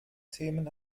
themen